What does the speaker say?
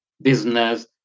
business